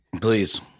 Please